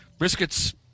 briskets